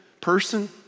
person